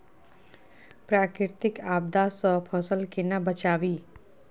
प्राकृतिक आपदा सं फसल केना बचावी?